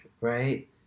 right